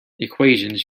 equations